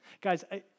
Guys